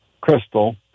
Crystal